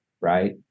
Right